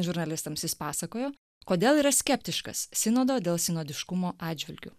žurnalistams jis pasakojo kodėl yra skeptiškas sinodo dėl sinodiškumo atžvilgiu